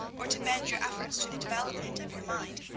or to bend your efforts to the development of your mind,